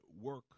work